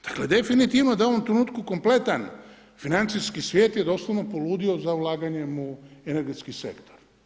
Dakle, definitivno da je u ovom trenutku kompletan financijski svijet je doslovno poludio za ulaganjem u energetski sektor.